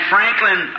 Franklin